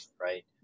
Right